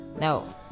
no